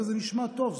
וזה נשמע טוב,